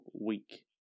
week